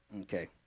Okay